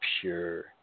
pure